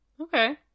Okay